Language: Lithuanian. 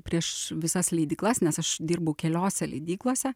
prieš visas leidyklas nes aš dirbau keliose leidyklose